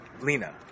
Lena